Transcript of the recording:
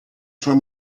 suoi